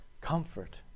comfort